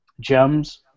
gems